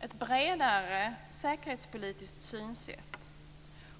ett bredare säkerhetspolitiskt synsätt.